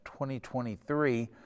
2023